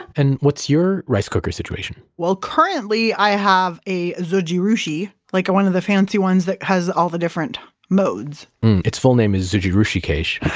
and what's your rice cooker situation? currently, currently, i have a zojirushi, like one of the fancy ones that has all the different modes it's full name is zojirushikesh